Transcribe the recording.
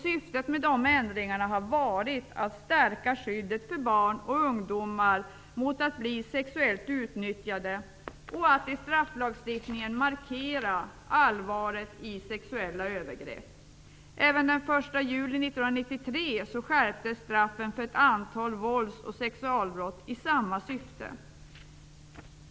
Syftet med de ändringarna har varit att stärka skyddet för barn och ungdomar mot att bli sexuellt utnyttjade och att i strafflagstiftningen markera allvaret i sexuella övergrepp. ven den 1 juli 1993 skärptes straffen för ett antal vålds och sexualbrott i samma syfte.